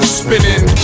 spinning